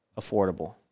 affordable